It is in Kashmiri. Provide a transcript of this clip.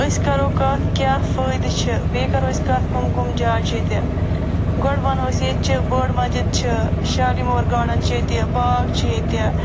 أسی کَرو کتھ کیٛاہ فٲیدٕ چھِ بیٚیہِ کَرو أسۍ کَتھ کم کم جایہِ چھِ ییٚتہِ گۄڈٕ وَنو أسۍ ییٚتہِ چھِ بٔڑ مسجِد چھِ شالی مٲر گاڈن چھِ ییٚتہِ باغ چھِ ییٚتہِ